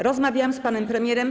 Rozmawiałam z panem premierem.